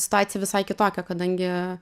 situacija visai kitokia kadangi